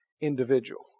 individual